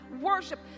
worship